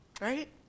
Right